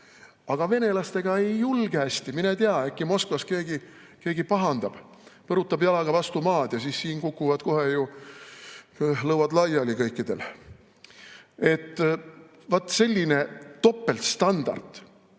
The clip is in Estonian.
Aga venelastega ei julge hästi, mine tea, äkki Moskvas keegi pahandab, põrutab jalaga vastu maad ja siis siin kukuvad kohe ju lõuad laiali kõikidel. Vaat selline topeltstandard,